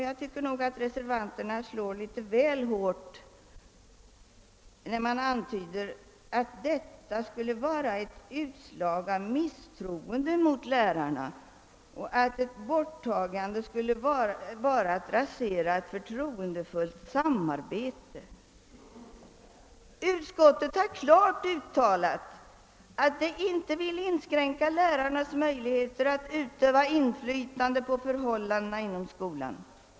Jag tycker nog att reservanterna slår väl hårt när de antyder att förslaget skulle innebära ett misstroende mot lärarkåren och att ett borttagande skulle vara att rasera ett förtroendefullt samarbete. Utskottet har klart uttalat att det inte vill inskränka lärarnas möjligheter att utöva inflytande på förhållandena inom <skolan.